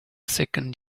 second